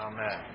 Amen